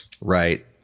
Right